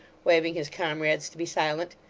waving his comrades to be silent,